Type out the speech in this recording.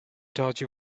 dodgy